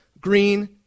green